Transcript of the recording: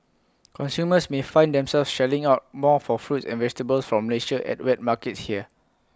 consumers may find themselves shelling out more for fruits and vegetables from Malaysia at wet markets here